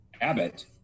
Abbott